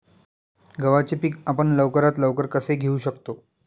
गव्हाचे पीक आपण लवकरात लवकर कसे घेऊ शकतो?